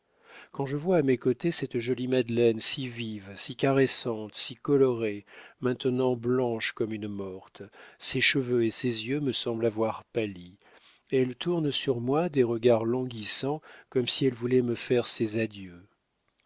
quand je vois à mes côtés cette jolie madeleine si vive si caressante si colorée maintenant blanche comme une morte ses cheveux et ses yeux me semblent avoir pâli elle tourne sur moi des regards languissants comme si elle voulait me faire ses adieux